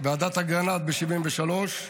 ועדת אגרנט ב-1973,